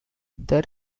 there